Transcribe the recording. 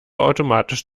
automatisch